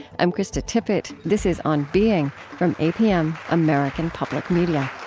i'm krista tippett. this is on being from apm, american public media